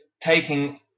taking